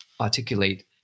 articulate